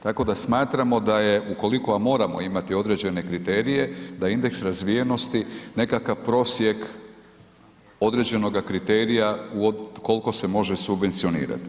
Tako da smatramo da je ukoliko je, a moramo imati određene kriterije, da indeks razvijenosti nekakav prosjek određenoga kriterija u koliko se može subvencionirati.